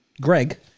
Greg